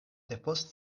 depost